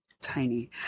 tiny